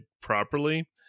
properly